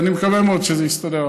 אני מקווה מאוד שזה יסתדר.